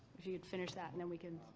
if you could finish that and then we can.